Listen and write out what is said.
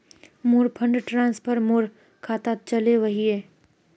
मोर fund transfer मोर खातात चले वहिये